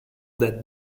that